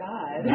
God